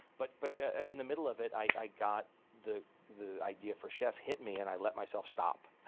but but ah in the middle of it, i got the the idea for chef hit me, and i let myself stop,